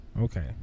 Okay